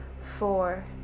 four